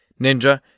Ninja